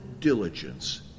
diligence